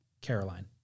Caroline